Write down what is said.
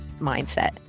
mindset